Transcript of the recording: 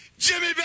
Jimmy